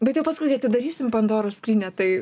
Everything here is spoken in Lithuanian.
bet jau paskui kai atidarysim pandoros skrynią tai